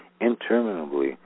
interminably